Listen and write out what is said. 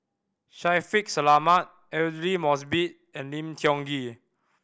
Shaffiq Selamat Aidli Mosbit and Lim Tiong Ghee